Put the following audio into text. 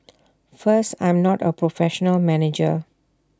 first I'm not A professional manager